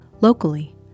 locally